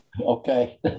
Okay